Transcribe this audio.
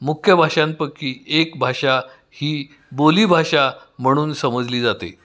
मुख्य भाषांपैकी एक भाषा ही बोलीभाषा म्हणून समजली जाते